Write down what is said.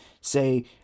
say